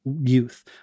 youth